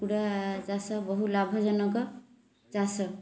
କୁକୁଡ଼ା ଚାଷ ବହୁ ଲାଭଜନକ ଚାଷ